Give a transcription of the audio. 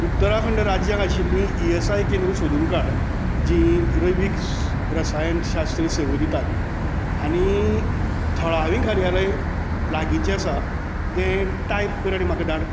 उत्तराखंड राज्यांत आशिल्लीं E S I केंद्रां सोदून काड जीं रैवीक रसायनशास्त्र सेव दितात आनी थळावीं कार्यालय लागीचे आसा तें टायप कर आनी म्हाका धाड